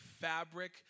fabric